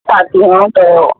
چاہتی ہوں تو